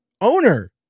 owner